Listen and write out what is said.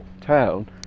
town